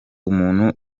umuntu